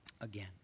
Again